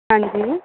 ਹਾਂਜੀ